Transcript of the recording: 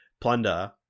plunder